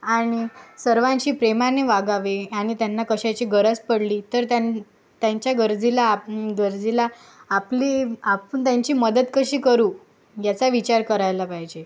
आणि सर्वांशी प्रेमाने वागावे आणि त्यांना कशाची गरज पडली तर त्यांनी त्यांच्या गरजेला आप गरजेला आपली आपुन त्यांची मदत कशी करू याचा विचार करायला पाहिजे